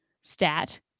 stat